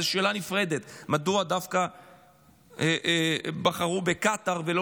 זו שאלה נפרדת מדוע דווקא בחרו בקטר ולא